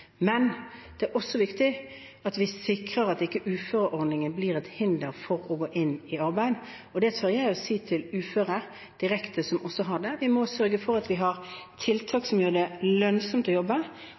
Men det er også viktig å sikre at uføreordningen ikke blir et hinder for å gå inn i arbeidslivet. Det tør jeg også å si direkte til uføre, som har barnetillegget: Vi må sørge for at vi har tiltak